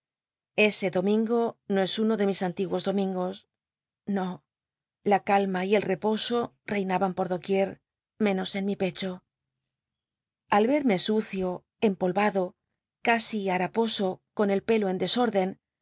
ese domingo no es uno de mis antiguos domingos no la t'ahna y el e oso reinaban por do quier mcuos en mi pecho al erme sucio empolvado casi haraposo con el pelo en desórden